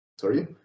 sorry